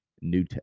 new